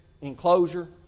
enclosure